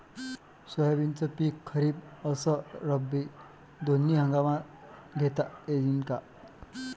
सोयाबीनचं पिक खरीप अस रब्बी दोनी हंगामात घेता येईन का?